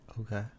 Okay